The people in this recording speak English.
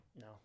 No